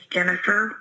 Jennifer